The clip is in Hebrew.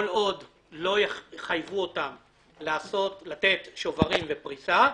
כל עוד לא יחייבו אותם לתת שוברים ופריסה,